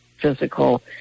physical